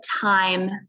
time